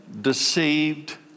deceived